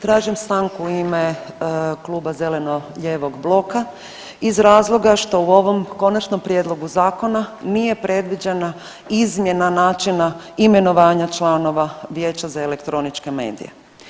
Tražim stanku u ime Kluba zeleno-lijevog bloka iz razloga što u ovom Konačnom prijedlogu zakona nije predviđena izmjena načina imenovanja članova Vijeća za elektroničke medije.